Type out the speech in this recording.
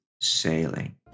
sailing